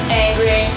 angry